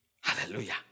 Hallelujah